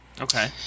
Okay